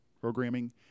programming